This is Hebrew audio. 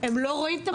והם לא רואים את המחשב.